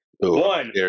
One